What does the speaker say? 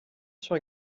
sur